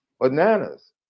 bananas